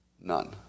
None